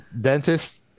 Dentist